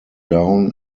down